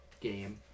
game